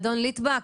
אדון ליטבק,